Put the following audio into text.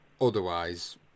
otherwise